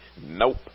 Nope